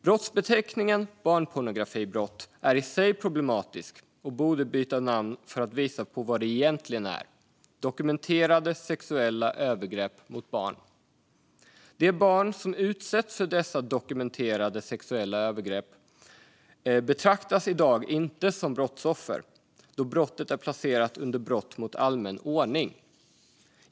Brottsbeteckningen barnpornografibrott är i sig problematisk och borde byta namn för att visa på vad det egentligen är, nämligen dokumenterade sexuella övergrepp mot barn. De barn som utsätts för dessa dokumenterade sexuella övergrepp betraktas i dag inte som brottsoffer, då brottet är placerat under brott mot allmän ordning.